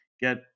get